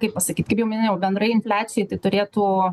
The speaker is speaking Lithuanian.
kaip pasakyt kaip jau minėjau bendrai infliacijai tai turėtų